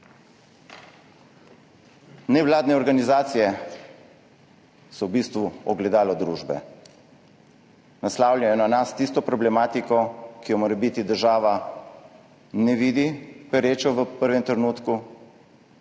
Nevladne organizacije so v bistvu ogledalo družbe, naslavljajo na nas tisto problematiko, ki jo morebiti država ne vidi kot perečo v prvem trenutku,